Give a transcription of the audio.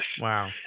Wow